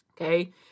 okay